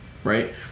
right